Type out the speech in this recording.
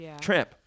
Tramp